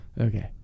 Okay